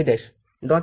x y z'